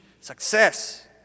success